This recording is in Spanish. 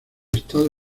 estado